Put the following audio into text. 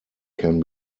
can